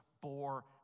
bore